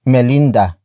Melinda